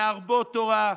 להרבות תורה,